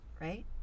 right